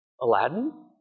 Aladdin